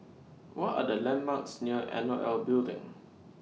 What Are The landmarks near N O L Building